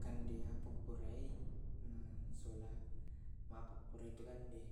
Kande apa ku purai sola mapaku purai katu kande.